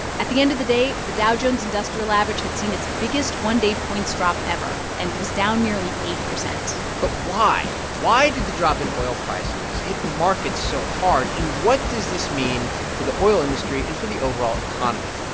at the end of the day, the dow jones industrial average had seen its biggest one-day points drop ever and was down nearly eight point but why? why did the drop in oil prices hit the markets so hard? and what does this mean for the oil industry and for the overall economy?